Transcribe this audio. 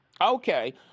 Okay